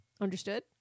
Understood